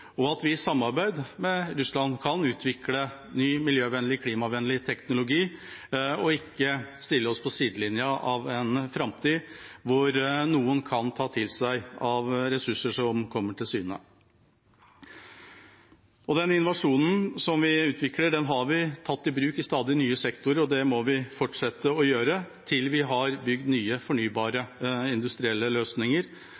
og at vi, i samarbeid med Russland, kan utvikle ny miljøvennlig, klimavennlig, teknologi, og ikke stille oss på sidelinjen i en framtid hvor noen kan ta til seg av ressurser som kommer til syne. Den innovasjonen som vi utvikler, har vi tatt i bruk i stadig nye sektorer, og det må vi fortsette å gjøre til vi har bygd nye